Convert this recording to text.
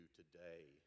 today